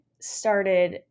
started